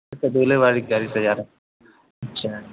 اچھا دولہے والی گاڑی سجانا ہے اچھا